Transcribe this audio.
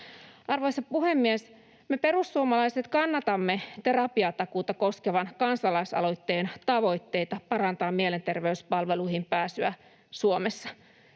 Arvoisa puhemies! Me perussuomalaiset kannatamme terapiatakuuta koskevan kansalaisaloitteen tavoitteita parantaa mielenterveyspalveluihin pääsyä Suomessa,